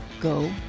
Go